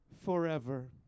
forever